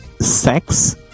sex